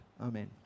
Amen